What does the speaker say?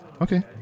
Okay